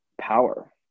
power